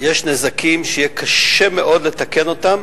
יש נזקים שיהיה קשה מאוד לתקן אותם